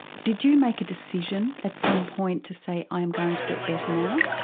did you make a decision at some point to say, i am going to get better now?